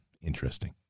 Interesting